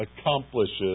accomplishes